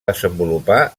desenvolupar